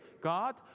God